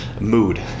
Mood